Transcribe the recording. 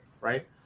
right